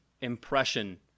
impression